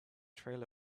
trail